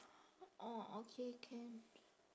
orh okay can